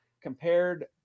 Compared